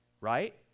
right